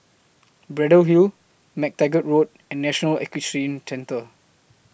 Braddell Hill MacTaggart Road and National Equestrian Centre